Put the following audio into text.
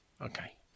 Okay